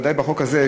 וודאי בחוק הזה,